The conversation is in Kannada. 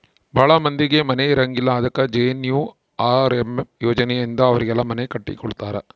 ಭಾಳ ಮಂದಿಗೆ ಮನೆ ಇರಂಗಿಲ್ಲ ಅದಕ ಜೆ.ಎನ್.ಎನ್.ಯು.ಆರ್.ಎಮ್ ಯೋಜನೆ ಇಂದ ಅವರಿಗೆಲ್ಲ ಮನೆ ಕಟ್ಟಿ ಕೊಡ್ತಾರ